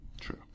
true